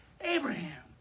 Abraham